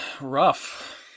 rough